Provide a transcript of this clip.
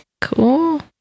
Cool